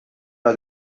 una